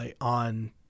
on